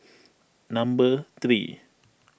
number three